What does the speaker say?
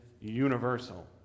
universal